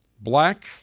black